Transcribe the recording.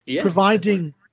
Providing